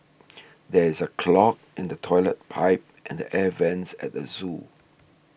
there is a clog in the Toilet Pipe and the Air Vents at the zoo